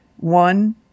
One